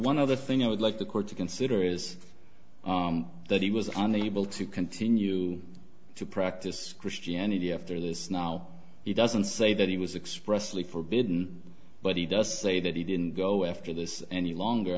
one other thing i would like the court to consider is that he was unable to continue to practice christianity after this now he doesn't say that he was expressly forbidden but he does say that he didn't go after this any longer